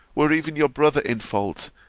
were even your brother in fault,